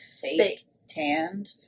fake-tanned